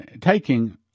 taking